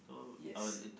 yes